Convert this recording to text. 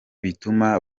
bituma